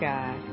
God